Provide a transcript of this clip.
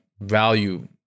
value